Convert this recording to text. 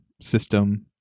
system